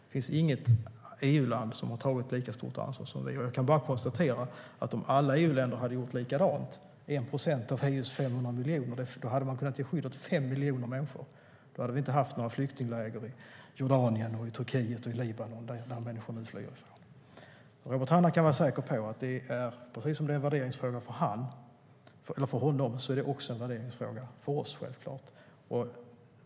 Det finns inget EU-land som har tagit lika stort ansvar som vi. Jag kan bara konstatera att om alla EU-länder hade gjort likadant - 1 procent av EU:s 500 miljoner människor - hade man kunnat ge skydd åt 5 miljoner människor. Då hade vi inte haft några flyktingläger i Jordanien, Turkiet och Libanon, dit människor nu flyr. Robert Hannah kan vara säker på att detta, precis som det är en värderingsfråga för honom, är en värderingsfråga för oss.